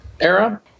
era